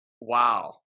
Wow